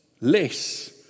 less